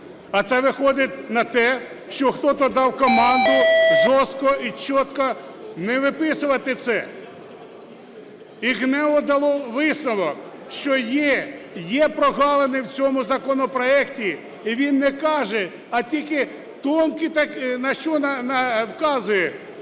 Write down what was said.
А це виходить на те, що хтось дав команду жорстко і чітко не виписувати це. І ГНЕУ дало висновок, що є, є прогалини в цьому законопроекті. І він не каже, а тільки тонко так вказує,